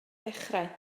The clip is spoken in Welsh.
dechrau